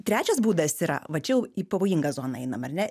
trečias būdas yra va čia jau į pavojingą zoną einam ar ne